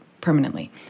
permanently